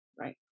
Right